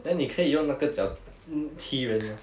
then 你可以用那个脚踢人嘛